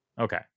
Okay